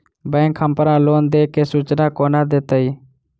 Bank हमरा loan देय केँ सूचना कोना देतय?